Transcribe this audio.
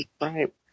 Right